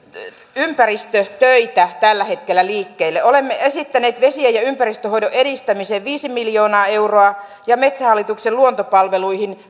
ympäristötöitä tällä hetkellä liikkeelle olemme esittäneet vesien ja ympäristönhoidon edistämiseen viisi miljoonaa euroa ja metsähallituksen luontopalveluihin